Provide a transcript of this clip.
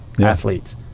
athletes